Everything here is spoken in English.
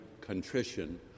contrition